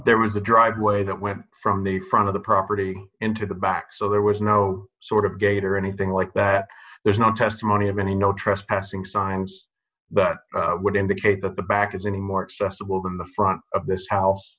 there was a driveway that went from the front of the property into the back so there was no sort of gate or anything like that there's no testimony of any no trespassing signs that would indicate that the back is any more accessible than the front of this house